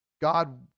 God